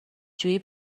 جویی